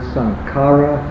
Sankara